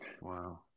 Wow